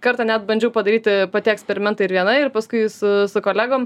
kartą net bandžiau padaryti pati eksperimentą ir viena ir paskui su su kolegom